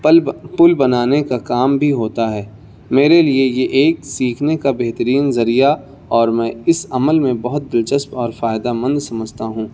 پل پل بنانے کا کام بھی ہوتا ہے میرے لیے یہ ایک سیکھنے کا بہترین ذریعہ اور میں اس عمل میں بہت دلچسپ اور فائدہ مند سمجھتا ہوں